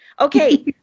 okay